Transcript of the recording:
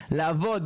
לעבוד,